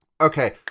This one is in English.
okay